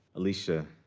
alicia.